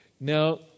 Now